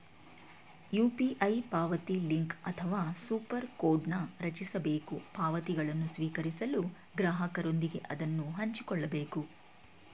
UPI ಪಾವತಿಲಿಂಕ್ ಅಥವಾ super ಕೋಡ್ನ್ ರಚಿಸಬೇಕು ಪಾವತಿಗಳನ್ನು ಸ್ವೀಕರಿಸಲು ಗ್ರಾಹಕರೊಂದಿಗೆ ಅದನ್ನ ಹಂಚಿಕೊಳ್ಳಬೇಕು